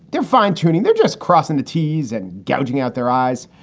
they're fine tuning. they're just crossing the t's and gouging out their eyes.